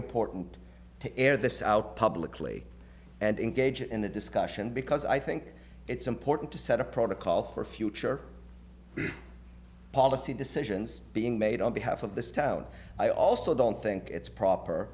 important to air this out publicly and engage in a discussion because i think it's important to set a protocol for future policy decisions being made on behalf of this town i also don't think it's proper